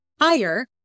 higher